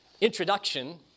introduction